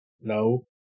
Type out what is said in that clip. No